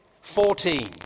Fourteen